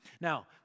Now